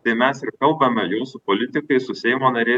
tai mes ir kalbame jau su politikais su seimo nariais